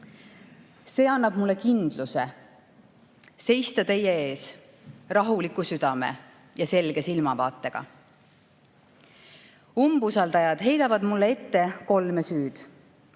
See annab mulle kindluse seista teie ees rahuliku südame ja selge silmavaatega. Umbusaldajad heidavad mulle ette kolme süüd: